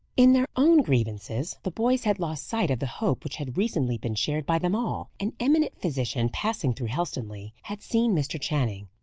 in their own grievances the boys had lost sight of the hope which had recently been shared by them all. an eminent physician, passing through helstonleigh, had seen mr. channing,